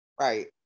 right